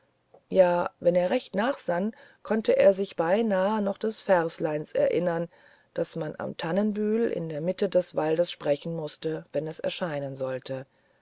ja wenn er recht nachsann konnte er sich beinahe noch des versleins erinnern das man am tannenbühl in der mitte des waldes sprechen mußte wenn es erscheinen sollte